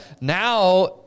Now